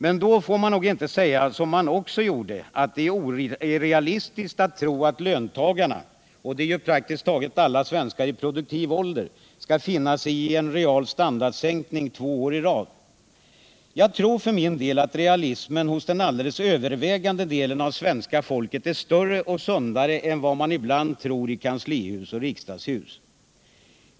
Men då får man nog inte säga som han också gjorde, att det är orealistiskt att tro att löntagarna — och det är ju praktiskt taget alla svenskar i produktiv ålder — skall finna sig i en real standardsänkning två år i rad. Jag tror för min del att realismen hos den alldeles övervägande delen av svenska folket är större och sundare än vad man ibland tror i kanslihus och riksdagshus.